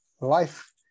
Life